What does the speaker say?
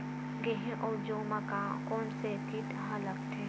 गेहूं अउ जौ मा कोन से कीट हा लगथे?